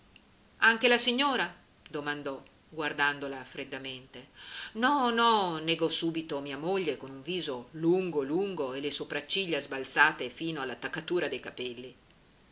anche la signora domandò guardandola freddamente no no negò subito mia moglie con viso lungo lungo e le sopracciglia sbalzate fino all'attaccatura dei capelli